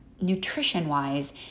nutrition-wise